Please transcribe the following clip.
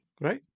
Right